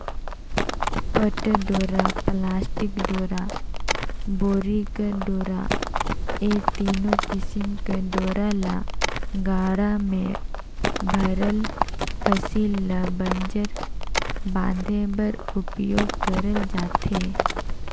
पट डोरा, पलास्टिक डोरा, बोरी कर डोरा ए तीनो किसिम कर डोरा ल गाड़ा मे भराल फसिल ल बंजर बांधे बर उपियोग करल जाथे